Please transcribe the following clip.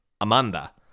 Amanda